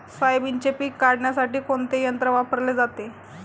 सोयाबीनचे पीक काढण्यासाठी कोणते यंत्र वापरले जाते?